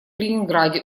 ленинграде